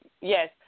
Yes